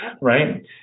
right